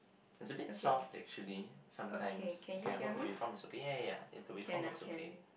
it's a bit soft actually sometimes okay I hope the uniform looks okay ya ya ya the uniform looks okay